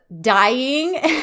dying